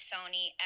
Sony